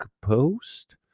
post